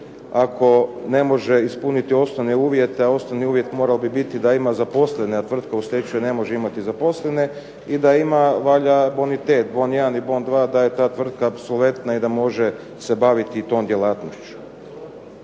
ako ne može ispuniti osnovne uvjete, a osnovni uvjeti morao bi biti da ima zaposlene, a tvrtka u stečaju ne može imati zaposlene i da ima valjda bonitet, BON1 i BON2 da je ta tvrtka solventna i da može se baviti tom djelatnošću.